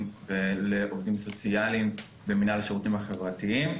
ולעובדים סוציאליים במנהל השירותים החברתיים,